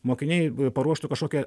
mokiniai i paruoštų kažkokią